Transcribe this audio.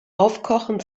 aufkochen